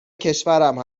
کشورم